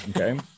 okay